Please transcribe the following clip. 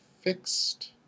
fixed